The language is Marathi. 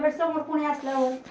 त्या समोर कोणी असलं